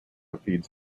feeds